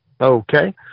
Okay